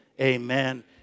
amen